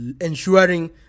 ensuring